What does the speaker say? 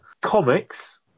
Comics